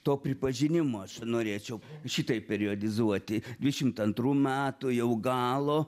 to pripažinimo aš norėčiau šitaip periodizuoti dvidešimt antrų metų jau galo